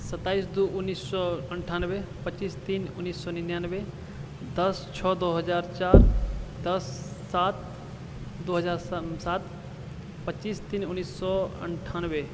सत्ताइस दू उन्नैस सए अन्ठानवे पचीस तीन उन्नैस सए निनानबे दस छओ दो हजार चारि दस सात दू हजार सात पचीस तीन उन्नैस सए अन्ठानवे